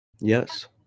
Yes